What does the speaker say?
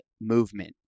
movement